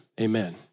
amen